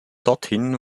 dorthin